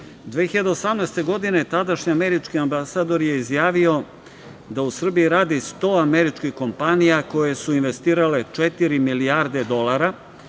2018. tadašnji američki ambasador je izjavio da u Srbiji radi 100 američkih kompanija koje su investirale četiri milijarde dolara